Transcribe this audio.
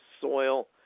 soil